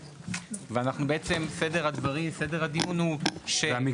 סדר הדיון הוא --- מה עם